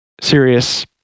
serious